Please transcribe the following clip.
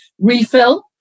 Refill